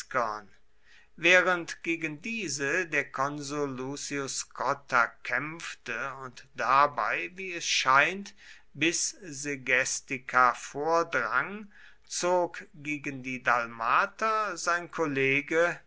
während gegen diese der konsul lucius cotta kämpfte und dabei wie es scheint bis segestica vordrang zog gegen die dalmater sein kollege